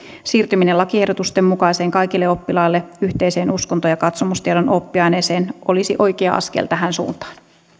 siirtyminen lakiehdotusten mukaiseen kaikille oppilaille yhteiseen uskonto ja katsomustiedon oppiaineeseen olisi oikea askel tähän suuntaan